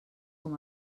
com